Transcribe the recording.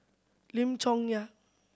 Lim Chong Yah